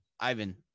Ivan